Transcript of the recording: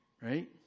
right